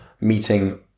meeting